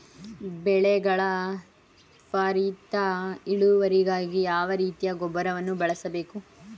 ಬೆಳೆಗಳ ತ್ವರಿತ ಇಳುವರಿಗಾಗಿ ಯಾವ ರೀತಿಯ ಗೊಬ್ಬರವನ್ನು ಬಳಸಬೇಕು?